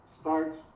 starts